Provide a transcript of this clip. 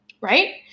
Right